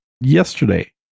yesterday